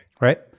right